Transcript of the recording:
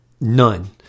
none